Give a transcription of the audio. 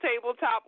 tabletop